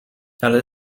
ale